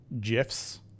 gifs